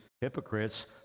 hypocrites